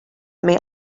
may